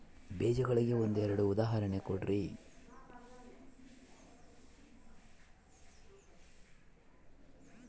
ಬೇಜಗಳಿಗೆ ಒಂದೆರಡು ಉದಾಹರಣೆ ಕೊಡ್ರಿ?